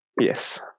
Yes